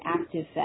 active